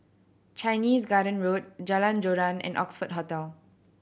Chinese Garden Road Jalan Joran and Oxford Hotel